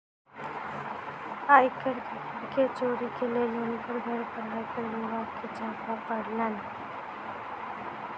आय कर के चोरी के लेल हुनकर घर पर आयकर विभाग के छापा पड़लैन